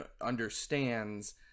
understands